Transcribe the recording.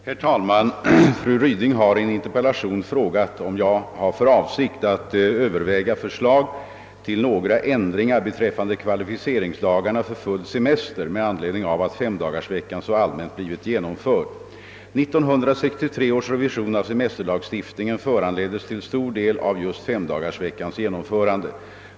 Herr talman! Fru Ryding har i en interpellation frågat, om jag har för avsikt att överväga förslag till några ändringar beträffande kvalificeringsdagarna för full semester med anledning av att femdagarsveckan så allmänt blivit genomförd. 1963 års revision av semesterlagstiftningen föranleddes till stor del just av femdagarsveckans genomförande.